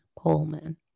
pullman